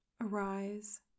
arise